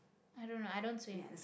I don't know I don't swim